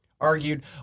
argued